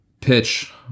pitch